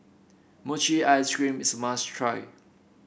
Mochi Ice Cream is a must try